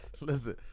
Listen